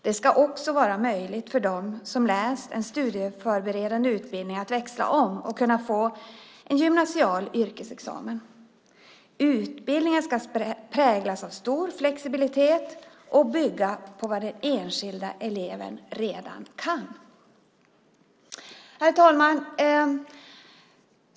Det ska också vara möjligt för dem som har läst en studieförberedande utbildning att växla om och kunna få en gymnasial yrkesexamen. Utbildningen ska präglas av stor flexibilitet och bygga på vad den enskilda eleven redan kan. Herr talman!